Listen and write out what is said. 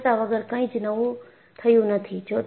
નિષ્ફળતા વગર કંઈ જ નવું થયું નથી